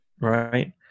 Right